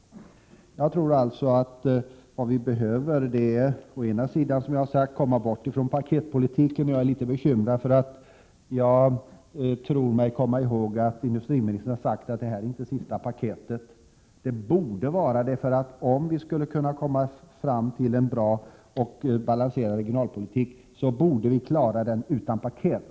Jag tror alltså att vad vi behöver är att komma bort från paketpolitiken. Det gör mig bekymrad att jag tycker mig komma ihåg att industriministern sagt att det här inte är sista paketet. Det borde vara det — om vi skall kunna komma fram till en bra och balanserad regionalpolitik borde vi klara det utan ”paket”.